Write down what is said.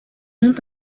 ont